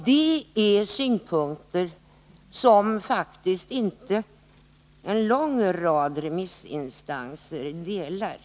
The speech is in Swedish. Det är synpunkter som faktiskt en lång rad remissinstanser inte delar.